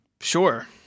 Sure